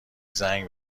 زنگ